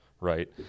right